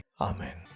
Amen